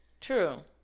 True